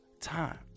time